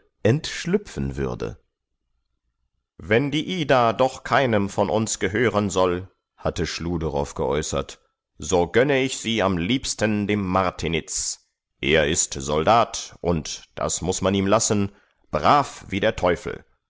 entschlüpfen würde wenn die ida doch keinem von uns gehören soll hatte schulderoff geäußert so gönne ich sie am liebsten dem martiniz er ist soldat und das muß man ihm lassen brav wie der teufel